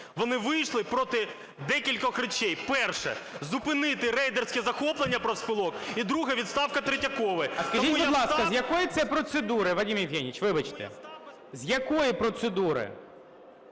Вони вийшли проти декількох речей. Перше – зупинити рейдерське захоплення профспілок, і друге – відставка Третьякової. Тому я ставлю... ГОЛОВУЮЧИЙ. Скажіть, будь ласка, з якої це процедури, Вадим Євгенович, вибачте? З якої процедури,